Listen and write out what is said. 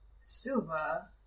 silver